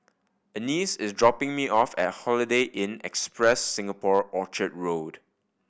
Anice is dropping me off at Holiday Inn Express Singapore Orchard Road